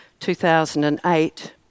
2008